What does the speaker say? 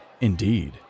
indeed